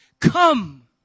come